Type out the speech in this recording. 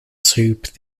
soup